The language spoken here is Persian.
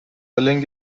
لنگ